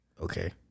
Okay